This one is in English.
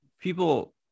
People